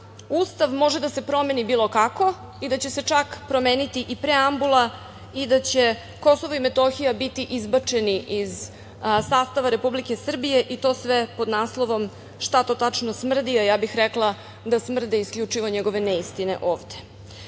Ustav može da se promeni bilo kako i da će se čak promeniti i preambula i da će KiM biti izbačeni iz sastava Republike Srbije i to sve pod naslovom „Šta to tačno smrdi?“, a ja bih rekla da smrde isključivo njegove neistine